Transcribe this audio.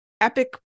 epic